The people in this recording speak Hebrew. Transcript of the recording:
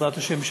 בעזרת השם,